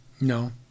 No